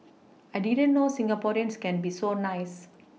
I didn't know Singaporeans can be so nice